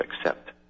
accept